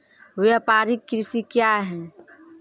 व्यापारिक कृषि क्या हैं?